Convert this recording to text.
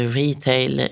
retail